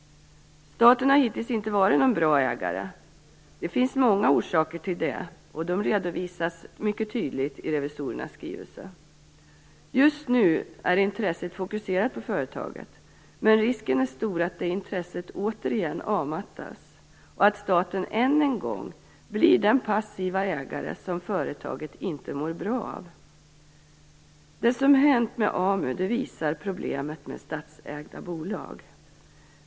Staten har hittills inte varit någon bra ägare. Det finns många orsaker till det, och de redovisas mycket tydligt i revisorernas skrivelse. Just nu är intresset fokuserat på företaget. Men risken är stor att det intresset återigen avmattas och att staten ännu en gång blir den passiva ägare som företaget inte mår bra av. Det som hänt med AMU visar problemet med statsägda bolag.